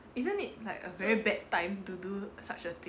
!huh! isn't it like a very bad time to do such a thing